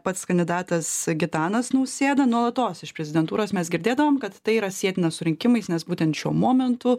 pats kandidatas gitanas nausėda nuolatos iš prezidentūros mes girdėdavom kad tai yra sietina su rinkimais nes būtent šiuo momentu